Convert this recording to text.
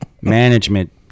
management